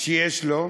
שיש לו,